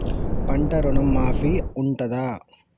పంట ఋణం మాఫీ ఉంటదా?